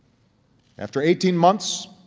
after eighteen months,